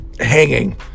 hanging